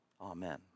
Amen